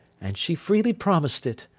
and she freely promised it.